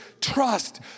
trust